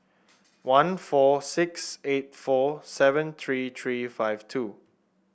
one four six eight four seven three three five two